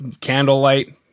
candlelight